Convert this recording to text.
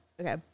okay